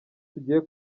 tugiye